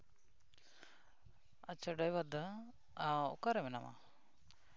ᱟᱪᱪᱷᱟ ᱰᱟᱭᱵᱟᱨ ᱫᱟ ᱚᱠᱟᱨᱮ ᱢᱮᱱᱟᱢᱟ